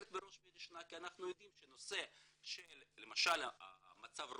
בראש ובראשונה כי אנחנו יודעים שהנושא של למשל מצב הרוח,